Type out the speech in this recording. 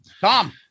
Tom